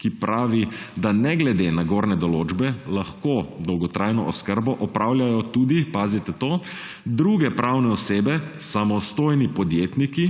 ki pravi, da ne glede na gornje določbe lahko dolgotrajno oskrbo opravljajo tudi – pazite to! – druge pravne osebe, samostojni podjetniki